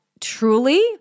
truly